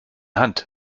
hand